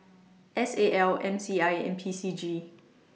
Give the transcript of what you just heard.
S A L M C I and P C G